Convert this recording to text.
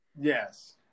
yes